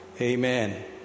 amen